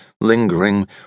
lingering